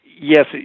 yes